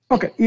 Okay